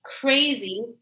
crazy